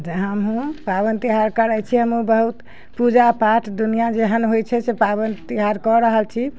तऽ हमहुँ पाबनि तिहार करै छी हमहुँ बहुत पूजा पाठ दुनिआँ जेहन होइ छै से पाबनि तिहार कऽ कऽ रहल छी